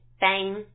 bang